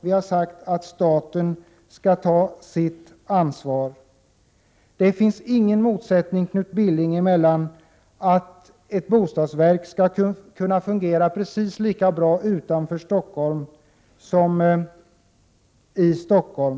Vi har också sagt att staten skall ta sitt ansvar. Det finns ingenting som säger att inte ett bostadsverk skulle kunna fungera precis lika bra utanför Stockholm som i Stockholm.